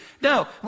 No